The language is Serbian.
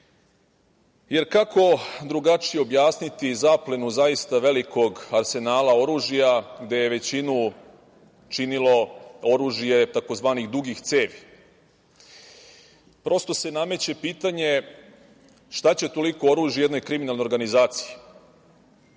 kako drugačije objasniti zaplenu, zaista velikog arsenala oružja, gde je većinu činilo oružje, tzv. dugih cevi? Prosto se nameće pitanje šta će toliko oružja jednoj kriminalnoj organizaciji? Zamislite